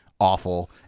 awful